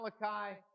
Malachi